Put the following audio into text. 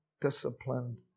disciplined